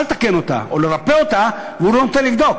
לתקן אותה או לרפא אותה והוא לא נותן לבדוק.